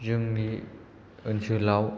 जोंनि ओनसोलाव